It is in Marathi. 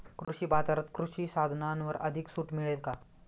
कृषी बाजारात कृषी साधनांवर अधिक सूट मिळेल का?